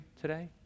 today